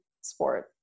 sport